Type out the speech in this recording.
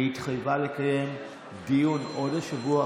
והיא התחייבה לקיים דיון עוד השבוע.